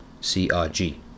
CRG